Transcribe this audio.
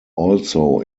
also